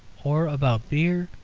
or about beer,